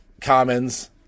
commons